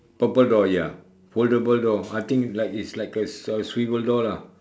purple door ya foldable door I think like it's like a a swivel door lah